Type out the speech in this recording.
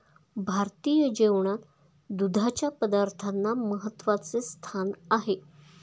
भारतीय जेवणात दुधाच्या पदार्थांना महत्त्वाचे स्थान आहे